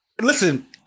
Listen